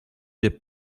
des